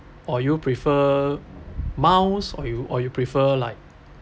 or you prefer miles or you or you prefer like